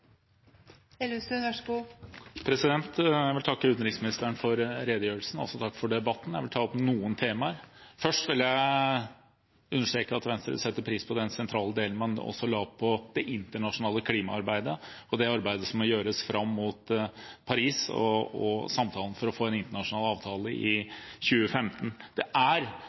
takke for debatten. Jeg vil ta opp noen temaer. Først vil jeg understreke at Venstre setter pris på den vekten man også la på det internasjonale klimaarbeidet, og det arbeidet som må gjøres fram mot Paris og samtalen for å få en internasjonal avtale i 2015. Det er